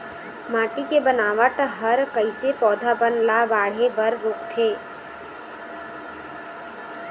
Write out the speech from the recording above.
माटी के बनावट हर कइसे पौधा बन ला बाढ़े बर रोकथे?